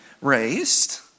raised